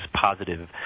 positive